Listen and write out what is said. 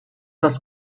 das